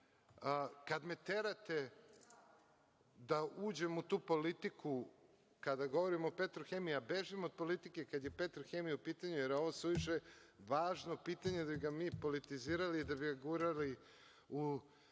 me terate da uđem u tu politiku kada govorim o „Petrohemiji“, ja bežim od politike kad je „Petrohemija“ u pitanju, jer je ovo suviše važno pitanje da bi ga mi politizirali i da bi ga gurali u